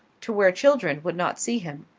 to where children would not see him.